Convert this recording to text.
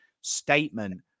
statement